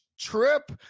trip